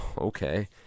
okay